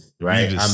Right